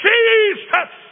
Jesus